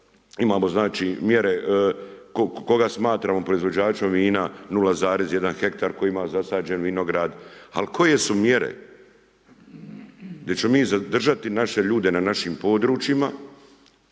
znači mjere koga smatramo proizvođačem vina 0,1 hektar tko ima zasađen vinograd, ali koje su mjere? Gdje ćemo mi zadržati naše ljude na našim područjima,